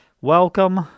Welcome